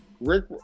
Rick